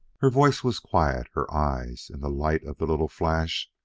her voice was quiet her eyes, in the light of the little flash,